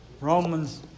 Romans